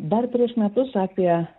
dar prieš metus apie